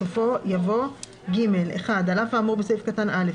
בסופו יבוא: "(ג) (1)על אף האמור בסעיף קטן (א),